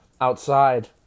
outside